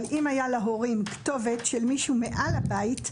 אבל אם היה להורים כתובת של מישהו מעל הבית,